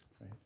right